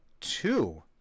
Two